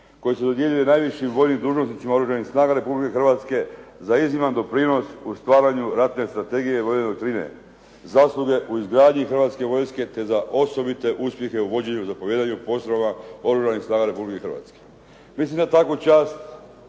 koji se dodjeljuju najvišim vojnim dužnosnicima Oružanih snaga Republike Hrvatske za izniman doprinos u stvaranju ratne strategije vojne doktrine, zasluge u izgradnji Hrvatske vojske te za osobite uspjehe u vođenju i zapovijedanju postrojbama Oružanih snaga Republike Hrvatske. Mislim da takvu čast